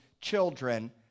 children